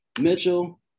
Mitchell